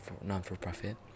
non-for-profit